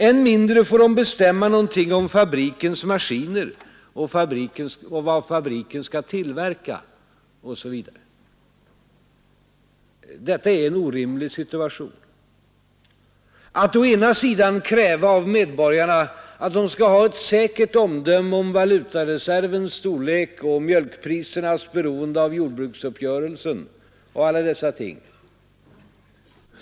Ännu mindre får de bestämma någonting om fabrikens maskiner och vad fabriken skall tillverka osv. Detta är en orimlig situation: att å ena sidan kräva av medborgarna att de ska ha ett säkert omdöme om valutareservens storlek och mjölkprisernas beroende av jordbruksuppgörelsen och alla dessa ting.